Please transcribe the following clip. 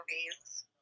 movies